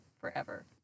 forever